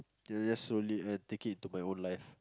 then that's so late and I take into my own life